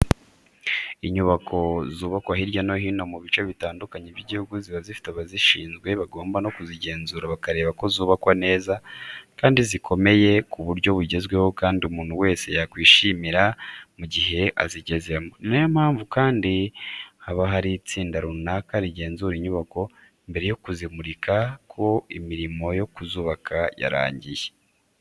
Inyubako zubakwa hirya no hino mu bice bitandukanye by'igihugu ziba zifite abazishinzwe bagomba no kuzigenzura bakareba ko zubakwa neza, kandi zikomeye ku buryo bugezweho kandi umuntu wese yakwishimira mu gihe azigezemo. Ni na yo mpamvu kandi haba hari itsinda runaka rigenzura inyubako mbere yo kuzimurika ko imirimo yo kuzubaka yarangiye.